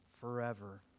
forever